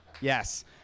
yes